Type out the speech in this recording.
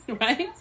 right